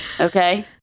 okay